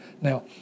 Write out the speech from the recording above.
Now